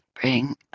bring